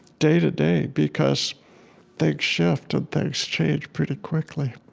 day-to-day, because things shift and things change pretty quickly.